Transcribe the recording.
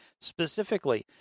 specifically